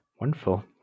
Wonderful